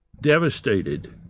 devastated